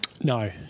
No